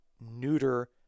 neuter